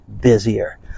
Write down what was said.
busier